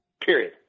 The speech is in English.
Period